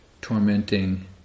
tormenting